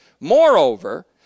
Moreover